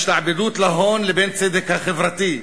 בין ההשתעבדות להון לבין צדק חברתי,